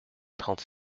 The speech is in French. trente